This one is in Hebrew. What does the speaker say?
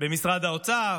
במשרד האוצר,